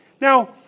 Now